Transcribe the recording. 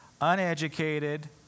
uneducated